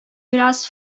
biraz